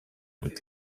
with